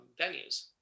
venues